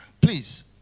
please